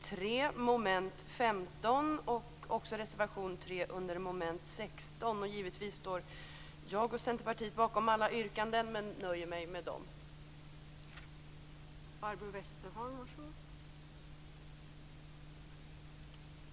Men givetvis står jag och övriga i Centerpartiet bakom alla yrkanden men vi nöjer oss med de som här har framförts.